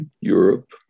Europe